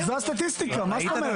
אבל זו הסטטיסטיקה, מה זאת אומרת?